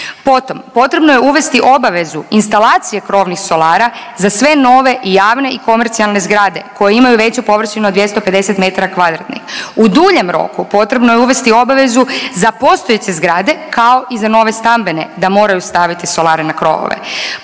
potrebno je uvesti obavezu instalacije krovnih solara za sve nove i javne i komercijalne zgrade koje imaju veću površinu od 250 m2. U duljem roku potrebno je uvesti obavezu za postojeće zgrade, kao i za nove stambene da moraju staviti solare na krovove.